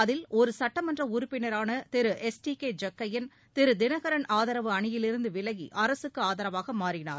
அதில் ஒரு சட்டமன்ற உறுப்பினரான திரு எஸ் டி கே ஜக்கையன் திரு தினகரன் ஆதரவு அணியிலிருந்து விலகி அரசுக்கு ஆதரவாக மாறினார்